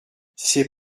ces